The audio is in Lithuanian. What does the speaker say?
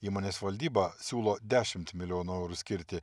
įmonės valdyba siūlo dešimt milijonų eurų skirti